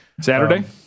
Saturday